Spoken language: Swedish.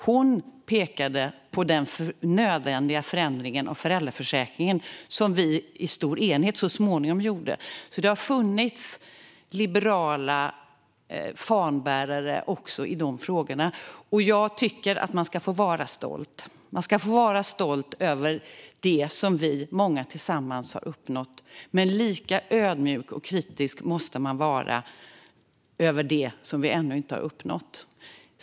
Hon pekade på den nödvändiga förändringen av föräldraförsäkringen som vi så småningom i stor enighet gjorde. Det har alltså funnits liberala fanbärare också i dessa frågor. Jag tycker att man ska få vara stolt över det som vi många tillsammans har uppnått. Men lika ödmjuk och kritisk måste man vara över det som vi ännu inte har uppnått.